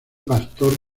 pastor